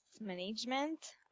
management